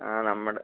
ആ നമ്മുടെ